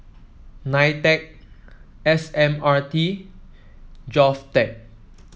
Nitec S M R T Govtech